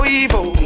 evil